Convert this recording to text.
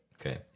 okay